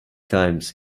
times